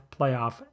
Playoff